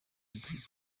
y’ikigo